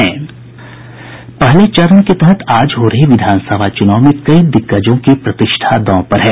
पहले चरण के तहत आज हो रहे विधानसभा चूनाव में कई दिग्गजों की प्रतिष्ठा दांव पर है